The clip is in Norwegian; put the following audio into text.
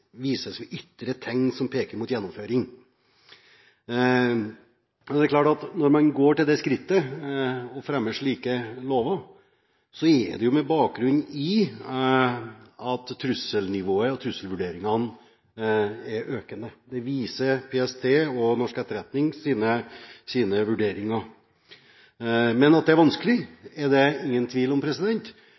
vises ved ytre tegn som peker mot gjennomføringen». Når man går til det skritt å fremme slike lover, er det med bakgrunn i at trusselnivået og trusselvurderingene er økende. Det viser PSTs og norsk etterretnings vurderinger. Men det er ingen tvil om at det er vanskelig. Noen vil kanskje oppfatte det som litt naivt at man foreslår den typen lover. Det som er